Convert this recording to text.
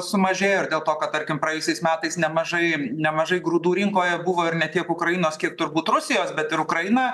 sumažėjo ir dėl to kad tarkim praėjusiais metais nemažai nemažai grūdų rinkoje buvo ir ne tiek ukrainos kiek turbūt rusijos bet ir ukraina